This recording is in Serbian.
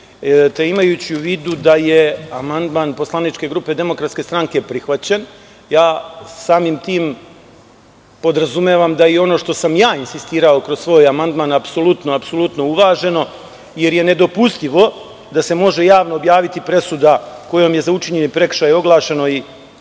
te imajući u vidu da je amandman poslaničke grupe DS prihvaćen, samim tim podrazumevam da i ono što sam ja insistirao kroz svoj amandman, apsolutno uvaženo, jer je nedopustivo da se može javno objaviti presuda kojom je za učinjeni prekršaj oglašeno i